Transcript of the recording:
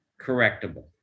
correctable